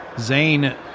Zane